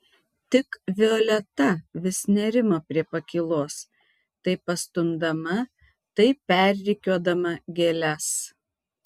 tik violeta vis nerimo prie pakylos tai pastumdama tai perrikiuodama gėles